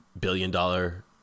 billion-dollar